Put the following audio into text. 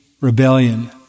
rebellion